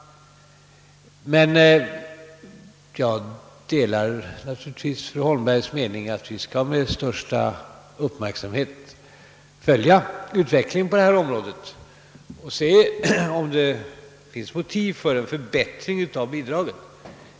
Jag delar naturligtvis fru Holmbergs mening att vi med största uppmärksam het skall följa utvecklingen på detta område och se om det finns motiv för en höjning av bidragen.